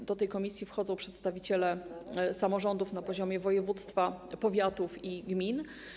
W skład tej komisji wchodzą przedstawiciele samorządów na poziomie województwa, powiatów i gmin.